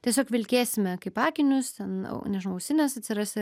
tiesiog vilkėsime kaip akinius ten au nežinau ausines atsiras i